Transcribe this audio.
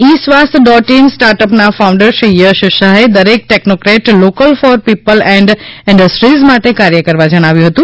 E Swasth dot in સ્ટાર્ટઅપના founder Shri Yash શાહે દરેક ટેક્નોક્રેટે local for people and industries માટે કાર્ય કરવા જણાવ્યું હતું